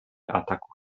ataku